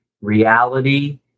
reality